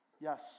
Yes